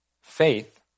Faith